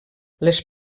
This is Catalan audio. les